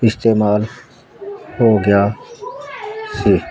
ਇਸਤੇਮਾਲ ਹੋ ਗਿਆ ਸੀ